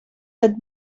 that